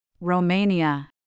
Romania